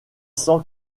cent